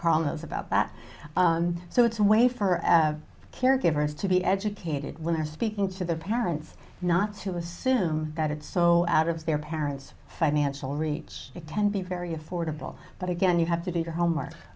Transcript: chronos about that so it's a way for caregivers to be educated when they're speaking to their parents not to assume that it's so out of their parents financial reach it can be very affordable but again you have to do your homework